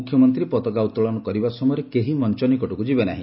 ମୁଖ୍ୟମନ୍ତୀ ପତାକା ଉତ୍ତୋଳନ କରିବା ସମୟରେ କେହି ମଞ ନିକଟକୁ ଯିବେ ନାହି